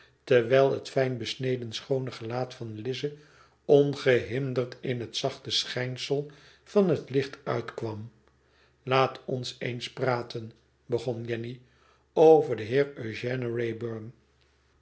terwijl het fijn besneden schoone felaat van lize ongehinderd in het zachte schijnsel van het licht uitwam laat ons eens praten begon jenny over den heer